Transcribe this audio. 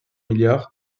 milliards